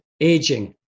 aging